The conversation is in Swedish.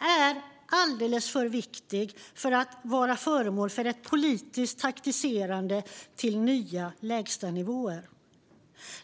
är alldeles för viktig för att vara föremål för ett politiskt taktiserande till nya lägstanivåer.